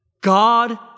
God